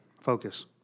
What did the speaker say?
focus